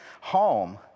home